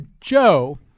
Joe